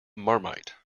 marmite